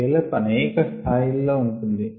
scale up అనేక స్థాయి లలో ఉంటుంది